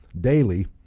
daily